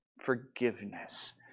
forgiveness